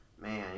Man